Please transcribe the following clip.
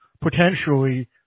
potentially